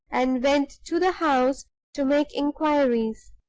and went to the house to make inquiries.